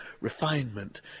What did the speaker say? refinement